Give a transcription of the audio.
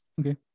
Okay